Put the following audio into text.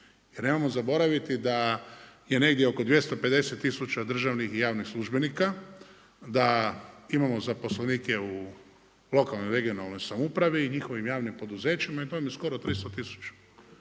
Jer nemojmo zaboraviti da je negdje oko 250 tisuća državnih i javnih službenika, da imamo zaposlenike u lokalnoj, regionalnoj samoupravi i njihovim javnim poduzećima i to vam je skoro 300